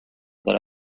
that